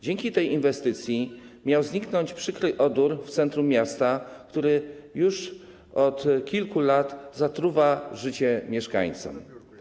Dzięki tej inwestycji miał zniknąć przykry odór w centrum miasta, który już od kilku lat zatruwa życie mieszkańcom.